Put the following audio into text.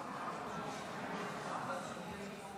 תכף יבדקו לי.